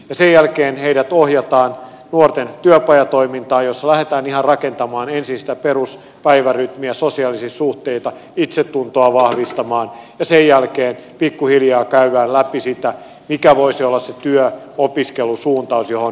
sen jälkeen heidät ohjataan nuorten työpajatoimintaan jossa lähdetään ihan rakentamaan ensin sitä peruspäivärytmiä sosiaalisia suhteita itsetuntoa vahvistamaan ja sen jälkeen pikkuhiljaa käydään läpi sitä mikä voisi olla se työ opiskelusuuntaus johon mennään